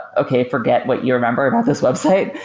okay. forget what you remembered at this website,